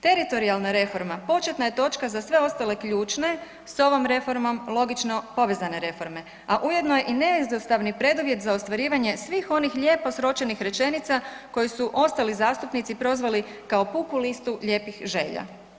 Teritorijalna reforma početna je točka za sve ostale ključne s ovom reformom logično povezane reforme, a ujedno je i neizostavni preduvjet za ostvarivanje svih onih lijepo sročenih rečenica koje su ostali zastupnici prozvali kao puku listu lijepih želja.